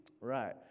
Right